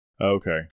Okay